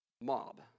mob